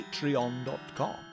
patreon.com